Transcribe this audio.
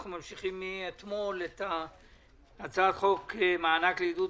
אנחנו ממשיכים מאתמול את הצעת חוק מענק לעידוד